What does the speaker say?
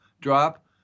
drop